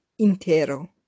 Intero